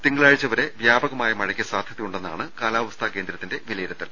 തിങ്കളാഴ്ച വരെ വ്യാപ കമായ മഴയ്ക്ക് സാധ്യതയുണ്ടെന്നാണ് കാലാവസ്ഥാ നിരീക്ഷണകേന്ദ്ര ത്തിന്റെ വിലയിരുത്തൽ